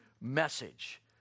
message